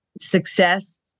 success